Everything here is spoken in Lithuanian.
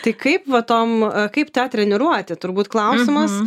tai kaip va tom kaip tą treniruoti turbūt klausimas